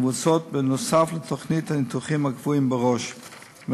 המבוצעים נוסף על תוכנית הניתוחים הקבועים מראש.